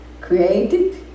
created